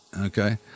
okay